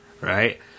right